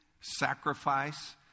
sacrifice